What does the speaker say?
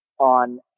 on